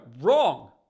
Wrong